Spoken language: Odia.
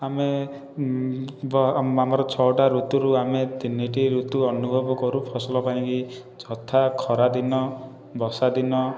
ଆମେ ଆମର ଛଅଟା ଋତୁରୁ ଆମେ ତିନିଟି ଋତୁ ଅନୁଭବ କରୁ ଫସଲ ପାଇଁକି ଯଥା ଖରା ଦିନ ବର୍ଷା ଦିନ